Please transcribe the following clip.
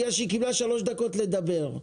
כיוון שהיא קיבלה שלוש דקות לדבר.